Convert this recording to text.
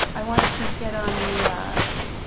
i wanted to get on the